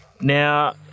Now